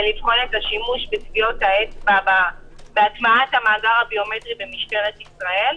לבחון את השימוש בטביעות האצבע והטמעת המאגר הביומטרי במשטרת ישראל.